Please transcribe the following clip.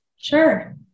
Sure